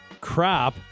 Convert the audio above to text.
Crap